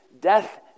death